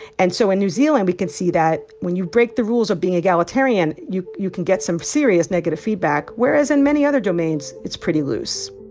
and so in new zealand, we can see that when you break the rules of being egalitarian, you you can get some serious negative feedback, whereas in many other domains, it's pretty loose